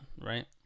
right